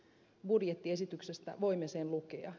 budjettiesityksestä voimme sen lukea